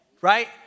right